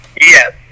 Yes